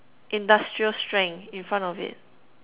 industrial strength in front of it